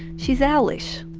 she's owlish,